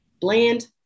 bland